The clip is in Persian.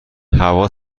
هوا